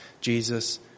Jesus